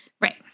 right